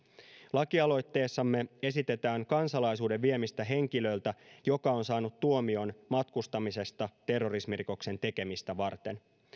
lakialoitteissamme esitetään kansalaisuuden viemistä henkilöltä joka on saanut tuomion matkustamisesta terrorismirikoksen tekemistä varten